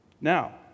now